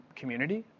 community